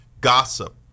gossip